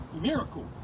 miracle